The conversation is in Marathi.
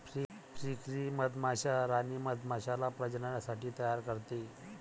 फ्रीकरी मधमाश्या राणी मधमाश्याला प्रजननासाठी तयार करते